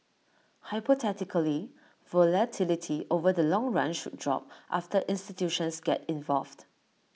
hypothetically volatility over the long run should drop after institutions get involved